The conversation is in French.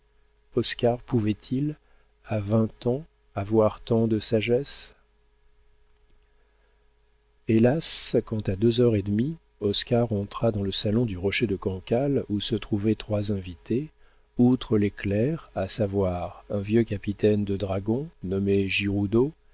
oscar pouvait-il à vingt ans avoir tant de sagesse hélas quand à deux heures et demie oscar entra dans le salon du rocher de cancale où se trouvaient trois invités outre les clercs à savoir un vieux capitaine de dragons nommé giroudeau